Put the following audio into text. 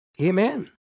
Amen